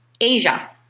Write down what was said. Asia